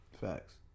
Facts